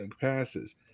passes